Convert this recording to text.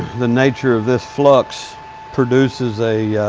the nature of this flux produces a